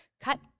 cut